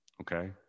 Okay